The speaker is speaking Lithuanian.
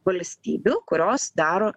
valstybių kurios daro